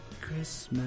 Christmas